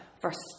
first